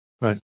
Right